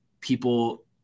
people